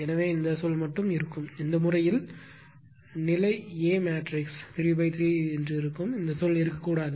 எனவே இந்த சொல் மட்டுமே இருக்கும் இந்த முறையில் நிலை A மேட்ரிக்ஸ் 3 x 3 இருக்கும் இந்த சொல் இருக்கக்கூடாது